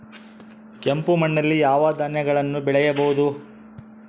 ಕೆಂಪು ಮಣ್ಣಲ್ಲಿ ಯಾವ ಧಾನ್ಯಗಳನ್ನು ಬೆಳೆಯಬಹುದು?